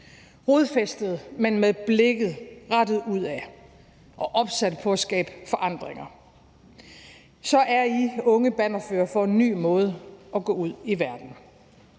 Rodfæstede, men med blikket rettet udad og opsatte på at skabe forandringer er I unge bannerførere for en ny måde at gå ud i verden